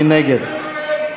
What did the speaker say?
מי נגד?